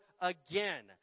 again